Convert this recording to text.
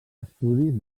estudis